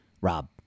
Rob